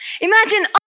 Imagine